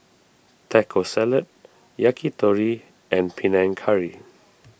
Taco Salad Yakitori and Panang Curry